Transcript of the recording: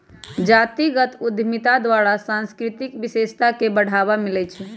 जातीगत उद्यमिता द्वारा सांस्कृतिक विशेषता के बढ़ाबा मिलइ छइ